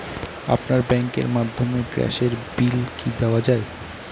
আপনার ব্যাংকের মাধ্যমে গ্যাসের বিল কি দেওয়া য়ায়?